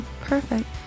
Perfect